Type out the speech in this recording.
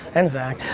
and zak,